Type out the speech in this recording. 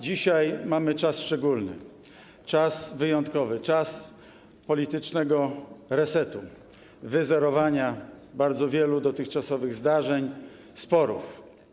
Dzisiaj mamy czas szczególny, czas wyjątkowy, czas politycznego resetu, wyzerowania bardzo wielu dotychczasowych zdarzeń, sporów.